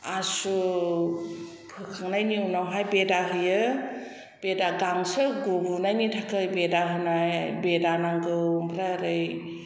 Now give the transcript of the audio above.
आसु होखांनायनि उनावहाय बेदा होयो बेदा गांसो गहोनायनि थाखाय बेदा होनाय बेदा नांगौ ओमफ्राय ओरै